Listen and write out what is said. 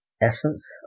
essence